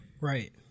right